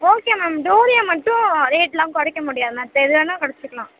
okay ma'am டோரியா மட்டும் ரேட்டெலாம் குறைக்க முடியாது மற்ற இது வேணால் குறைச்சிக்கலாம்